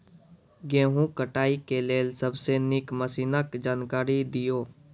गेहूँ कटाई के लेल सबसे नीक मसीनऽक जानकारी दियो?